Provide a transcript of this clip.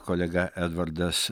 kolega edvardas